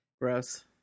gross